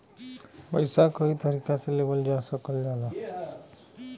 पइसा कई तरीका से लेवल जा सकल जाला